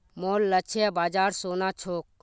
मोर लक्ष्य बाजार सोना छोक